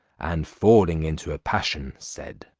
and falling into a passion said,